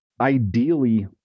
Ideally